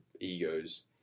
egos